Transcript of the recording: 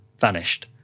vanished